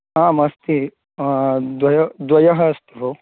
आम् अस्ति द्वयः द्वयः अस्ति भोः